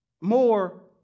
more